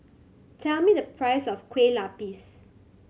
tell me the price of Kueh Lapis